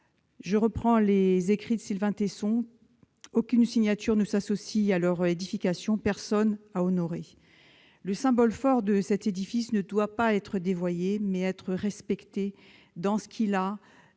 reprendre les propos de Sylvain Tesson, aucune signature ne s'associe à leur édification, personne n'est à honorer.